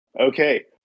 Okay